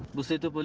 buseto